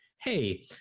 hey